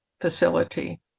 facility